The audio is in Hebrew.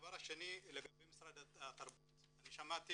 דבר שני, לגבי משרד התרבות, שמעתי